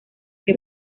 que